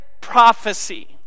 prophecy